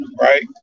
right